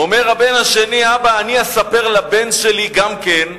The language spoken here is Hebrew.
אומר הבן השני: אבא, אני אספר לבן שלי גם כן: